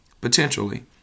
potentially